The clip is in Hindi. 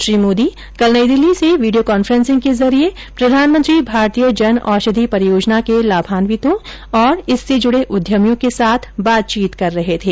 श्री मोदी कल नई दिल्ली से वीडियो कॉफ्रेंसिंग के जरिये प्रधानमंत्री भारतीय जनऔषधि परियोजना के लाभान्वितों और इससे जुड़े उद्यमियों के साथ बातचीत कर रहे थे